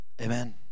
Amen